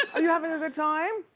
and you havin' a good time?